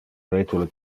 vetule